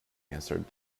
answered